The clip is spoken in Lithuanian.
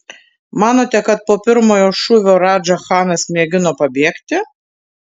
manote kad po pirmojo šūvio radža chanas mėgino pabėgti